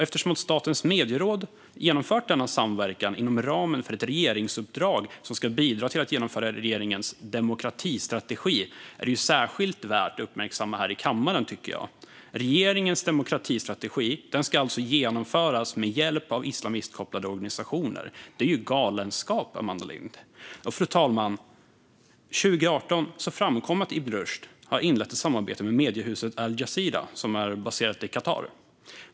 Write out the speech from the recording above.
Eftersom Statens medieråd genomfört denna samverkan inom ramen för ett regeringsuppdrag som ska bidra till att genomföra regeringens demokratistrategi är detta särskilt värt att uppmärksamma här i kammaren, tycker jag. Regeringens demokratistrategi ska alltså genomföras med hjälp av islamistkopplade organisationer. Det är ju galenskap, Amanda Lind. Fru talman! År 2018 framkom det att Ibn Rushd inlett ett samarbete med mediehuset al-Jazira, som är baserat i Qatar.